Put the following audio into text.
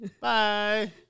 Bye